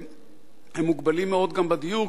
75%. הם מוגבלים מאוד גם בדיור,